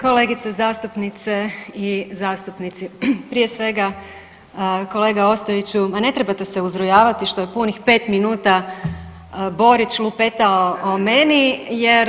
Kolegice zastupnice i zastupnici, prije svega kolega Ostojiću ma ne trebate se uzrujavati što je punih pet minuta Borić lupetao o meni, jer